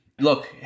Look